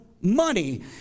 money